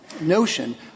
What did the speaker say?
notion